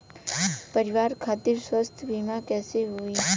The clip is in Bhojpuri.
परिवार खातिर स्वास्थ्य बीमा कैसे होई?